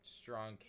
strong